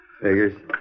Figures